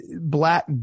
black